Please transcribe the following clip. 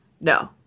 No